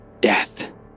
death